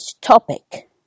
topic